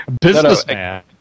Businessman